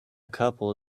couple